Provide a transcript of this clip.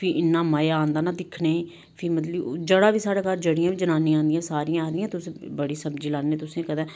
फ्ही इन्ना मजा आंदा ना दिक्खने गी फ्ही मतलब कि जेह्ड़ा बी साढ़े घर जेह्ड़ियां बी जनानियां आंदियां सारियां आखदियां तुस बड़ी सब्जी लान्ने तुसें कदें